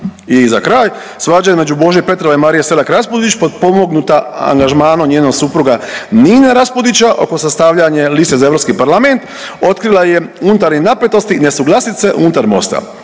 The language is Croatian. I za kraj svađa između Bože Petrova i Marije Selak-Raspudić potpomognuta angažmanom njenog supruga Nine Raspudića oko sastavljanja liste za Europski parlament otkrila je unutarnje napetosti, nesuglasice unutar Mosta.